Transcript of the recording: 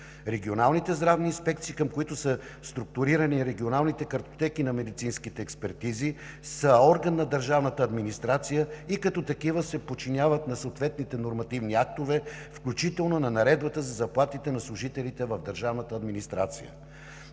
Регионалните здравни инспекции, към които са структурирани регионалните картотеки на медицинските експертизи, са орган на държавната администрация и като такива се подчиняват на съответните нормативни актове, включително на наредбата за заплатите на служителите в държавната администрация.